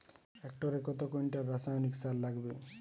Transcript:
হেক্টরে কত কুইন্টাল রাসায়নিক সার লাগবে?